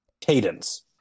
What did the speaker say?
cadence